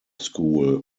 school